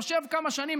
יושב כמה שנים.